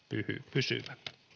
pysyvä